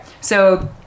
so-